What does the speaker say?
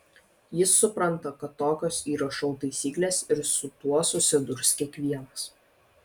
jis supranta kad tokios yra šou taisyklės ir su tuo susidurs kiekvienas